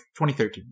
2013